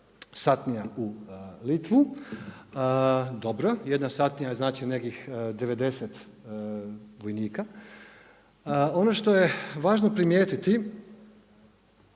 satnija u Litvu, dobro, jedna satnija znači nekih 90 vojnika, ono što je važno primijetiti,